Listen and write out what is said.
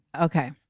Okay